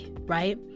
right